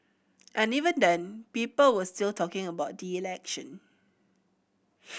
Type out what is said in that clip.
and even then people were still talking about the election